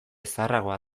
zaharragoa